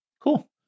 Cool